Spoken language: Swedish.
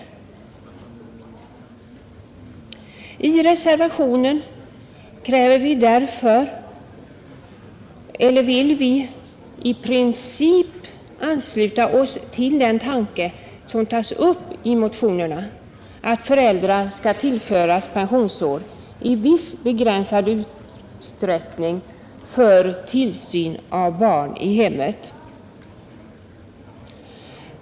Vi reservanter ansluter oss i princip till den tanke som tas upp i motionen, nämligen att föräldrarna skall tillföras pensionsår i viss begränsad utsträckning för tillsyn av barn i hemmet.